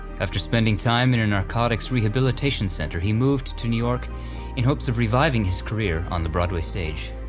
after spending time in a narcotics rehabilitation center he moved to new york in hopes of reviving his career on the broadway stage,